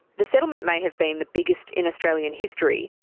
the settlement may have been the biggest in australian history,